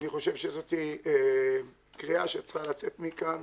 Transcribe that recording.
אני חושב שקריאה צריכה לצאת מכאן